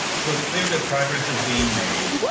so it's clear that progress is being made,